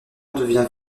devient